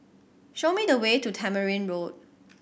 show me the way to Tamarind Road